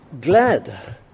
glad